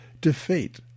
defeat